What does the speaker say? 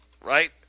right